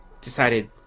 decided